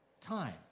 time